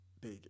big